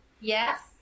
Yes